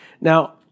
Now